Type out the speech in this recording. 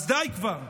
אז די כבר.